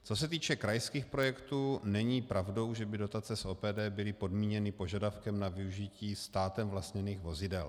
Co se týče krajských projektů, není pravdou, že by dotace z OPD byly podmíněny požadavkem na využití státem vlastněných vozidel.